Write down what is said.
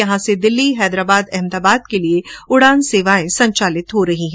यहां से दिल्ली हैदराबाद अहमदाबाद के लिए उड़ान सेवाए संचालित हो रही हैं